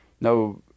no